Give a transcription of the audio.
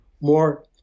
more